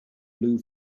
blue